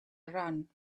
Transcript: around